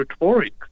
rhetoric